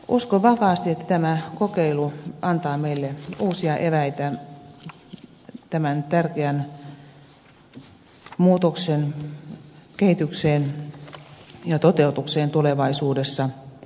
uskon vakaasti että tämä kokeilu antaa meille uusia eväitä tämän tärkeän muutoksen kehittämiseen ja toteutukseen tulevaisuudessa